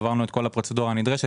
עברנו את כל הפרוצדורה הנדרשת,